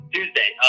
Tuesday